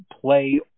play